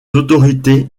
autorités